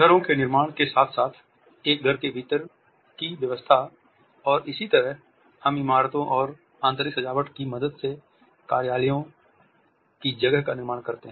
घरों के निर्माण के साथ साथ एक घर के भीतर की व्यवस्था और इसी तरह हम इमारतों और आंतरिक सजावट की मदद से कार्यालयों की जगह का निर्माण करते हैं